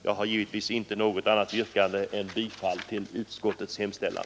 Jag har givetvis inget annat yrkande än bifall till utskottets hemställan.